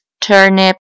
turnip